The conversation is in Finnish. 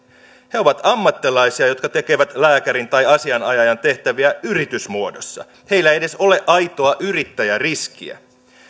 he ovat ammattilaisia jotka tekevät lääkärin tai asianajajan tehtäviä yritysmuodossa heillä ei edes ole aitoa yrittäjäriskiä